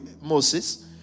Moses